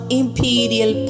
imperial